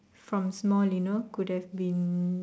from small you know could have been